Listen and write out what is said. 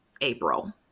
April